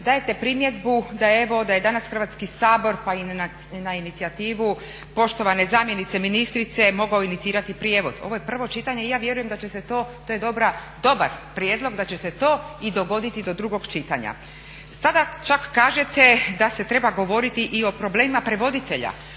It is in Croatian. Dajete primjedbu da je danas Hrvatski sabor pa i na inicijativu poštovane zamjenice ministrice mogao inicirati prijevod. Ovo je prvo čitanja i ja vjerujem da će se to, to je dobar prijedlog, da će se to i dogoditi do drugog čitanja. Sada čak kažete da se treba govoriti i o problemima prevoditelja.